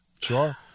Sure